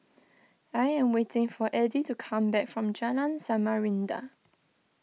I am waiting for Eddie to come back from Jalan Samarinda